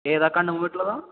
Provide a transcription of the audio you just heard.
ഏതാണ് ആ കണ്ണുംവീട്ടുള്ളതാ